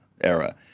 era